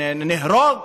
נהרוג,